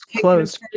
closed